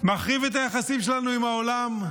מחריב את היחסים שלנו עם העולם,